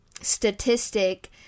statistic